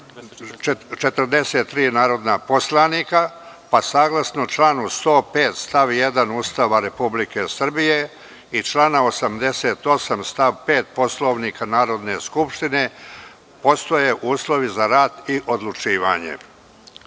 243 narodnih poslanika, pa, saglasno članu 105. stav 1. Ustava Republike Srbije i članu 88. stav 5. Poslovnika Narodne skupštine, postoje uslovi za rad i odlučivanje. Podsećam